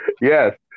yes